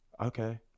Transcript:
okay